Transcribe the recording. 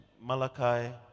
Malachi